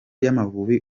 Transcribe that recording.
y’amavubi